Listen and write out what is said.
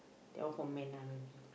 that one for man lah maybe